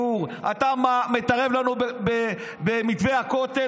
אתה מתערב לנו במתווה הכותל.